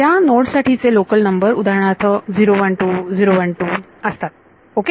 त्या नोड्स साठीचे local number उदाहरणार्थ 012 012 असतात ओके